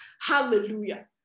Hallelujah